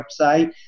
website